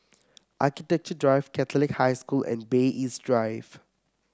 Architecture Drive Catholic High School and Bay East Drive